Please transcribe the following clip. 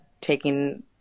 taking